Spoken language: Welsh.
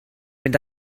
mynd